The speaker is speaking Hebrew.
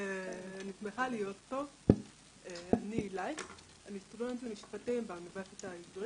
אני כרגע נמצא כמעט ארבע שנים בהוסטל שיקומי לבריאות הנפש